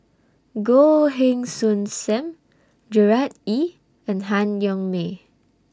Goh Heng Soon SAM Gerard Ee and Han Yong May